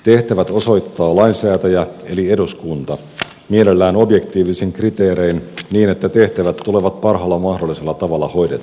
tehtävät osoittaa lainsäätäjä eli eduskunta mielellään objektiivisin kriteerein niin että tehtävät tulevat parhaalla mahdollisella tavalla hoidetuiksi